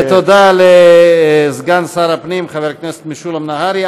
ותודה לסגן שר הפנים, חבר הכנסת משולם נהרי.